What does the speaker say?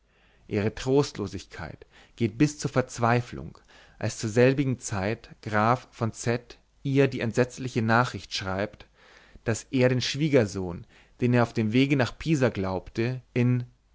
ihre trostlosigkeit geht bis zur verzweiflung als zur selbigen zeit graf von z ihr die entsetzliche nachricht schreibt daß er den schwiegersohn den er auf dem wege nach pisa glaubte in